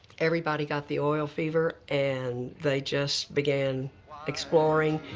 everybody got the oil fever and they just began exploring.